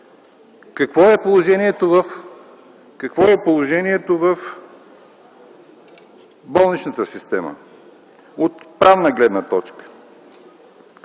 Какво е положението в болничната система от правна гледна точка?